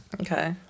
Okay